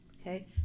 okay